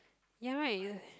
you are right you